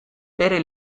bere